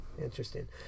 interesting